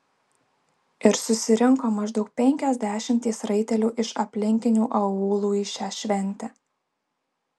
ir susirinko maždaug penkios dešimtys raitelių iš aplinkinių aūlų į šią šventę